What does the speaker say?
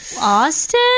Austin